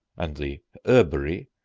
and the herberie,